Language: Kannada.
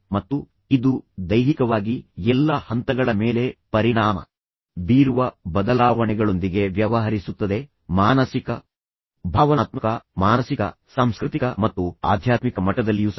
ಮತ್ತು ಇದು ದೈಹಿಕವಾಗಿ ಎಲ್ಲಾ ಹಂತಗಳ ಮೇಲೆ ಪರಿಣಾಮ ಬೀರುವ ಬದಲಾವಣೆಗಳೊಂದಿಗೆ ವ್ಯವಹರಿಸುತ್ತದೆ ಮಾನಸಿಕ ಭಾವನಾತ್ಮಕ ಮಾನಸಿಕ ಸಾಂಸ್ಕೃತಿಕ ಮತ್ತು ಆಧ್ಯಾತ್ಮಿಕ ಮಟ್ಟದಲ್ಲಿಯೂ ಸಹ